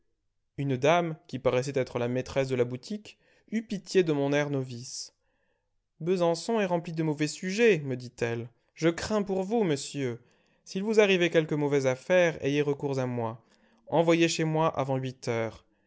une dame qui paraissait être la maîtresse de la boutique eut pitié de mon air novice besançon est rempli de mauvais sujets me dit-elle je crains pour vous monsieur s'il vous arrivait quelque mauvaise affaire ayez recours à moi envoyez chez moi avant huit heures